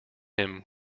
him